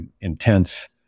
Intense